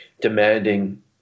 demanding